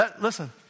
Listen